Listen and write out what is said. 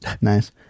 Nice